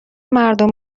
مردم